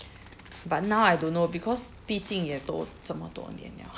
but now I don't know because 毕竟也都这么多年了